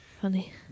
Funny